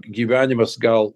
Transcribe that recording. gyvenimas gal